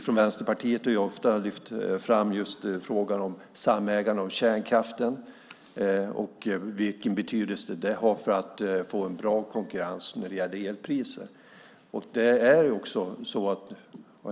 Från Vänsterpartiet har vi ofta lyft fram frågan om samägande av kärnkraften och vilken betydelse det har för att få bra konkurrens när det gäller elpriser.